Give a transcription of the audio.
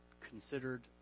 considered